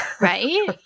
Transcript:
Right